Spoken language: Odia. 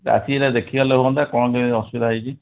ଆସିକିନା ଦେଖିକି ଗଲେ ହୁଅନ୍ତା କ'ଣ କେମିତି ଅସୁବିଧା ହୋଇଛି